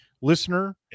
Listener